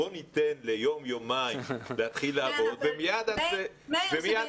בואו ניתן ליום יומיים להתחיל לעבוד ומיד את שמה